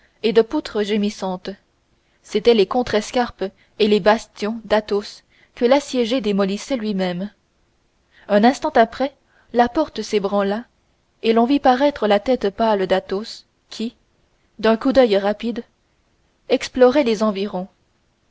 et de poutres gémissantes c'étaient les contrescarpes et les bastions d'athos que l'assiégé démolissait lui-même un instant après la porte s'ébranla et l'on vit paraître la tête pâle d'athos qui d'un coup d'oeil rapide explorait les environs